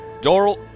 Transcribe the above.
Doral